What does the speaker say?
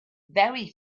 very